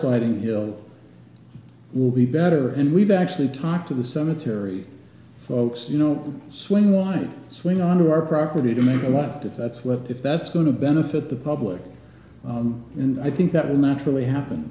sliding hill will be better and we've actually talked to the cemetery folks you know swing one swing onto our property to make a left if that's what if that's going to benefit the public and i think that will naturally happen